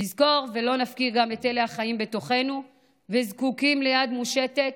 נזכור ולא נפקיר גם את אלה החיים בתוכנו וזקוקים ליד מושטת,